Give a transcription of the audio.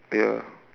ya